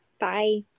Bye